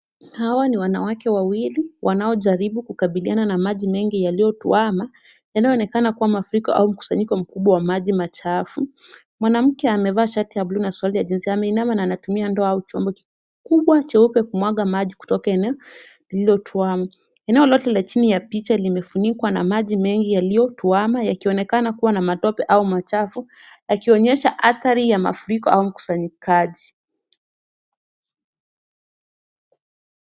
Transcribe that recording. Hawa ni wanawake wawili wanaojaribu kukabiliana na maji mengi yaliyotuama yanayoonekana kuwa mafuriko au mkusanyiko mkubwa wa maji machafu. Mwanamke amevaa shati ya buluu na suruali ameinama na anatumia ndio au chombo kikubwa cheupe kumwaga maji kutoka eneo lililotuama . Eneo lote limefunikwa na maji mengi yaliyotuama yakionekana kuwa na matope au machafu yakionyesha athari ya mafuriko au ukusanyaji.